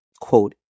Quote